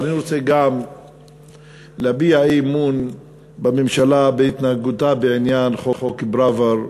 אבל אני רוצה גם להביע אי-אמון בממשלה בגלל התנהגותה בעניין חוק פראוור,